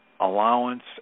allowance